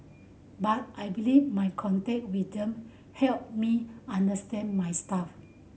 but I believe my contact with them help me understand my staff